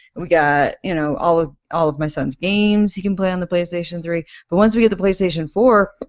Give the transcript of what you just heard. we got you know all ah all of my son's games you can play on the playstation three but once we get the playstation four,